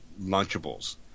lunchables